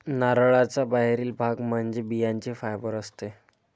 नारळाचा बाहेरील भाग म्हणजे बियांचे फायबर असते